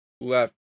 left